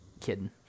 kidding